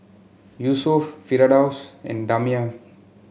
Yusuf Firdaus and Damia